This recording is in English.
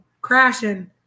crashing